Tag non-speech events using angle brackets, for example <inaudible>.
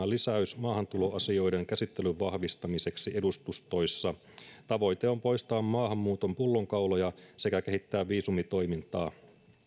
<unintelligible> lisäys maahantuloasioiden käsittelyn vahvistamiseksi edustustoissa tavoite on poistaa maahanmuuton pullonkauloja sekä kehittää viisumitoimintaa